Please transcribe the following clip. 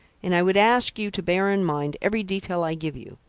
and i would ask you to bear in mind every detail i give you.